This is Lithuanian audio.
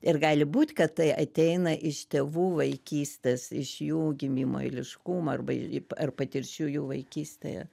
ir gali būt kad tai ateina iš tėvų vaikystės iš jų gimimo eiliškumo arba ar patirčių jų vaikystėje